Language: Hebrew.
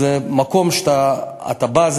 וזה מקום שאתה בא אליו,